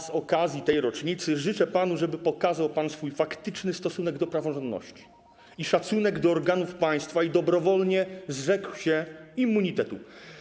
Z okazji tej rocznicy życzę panu, żeby pokazał pan swój faktyczny stosunek do praworządności oraz szacunek do organów państwa i dobrowolnie zrzekł się immunitetu.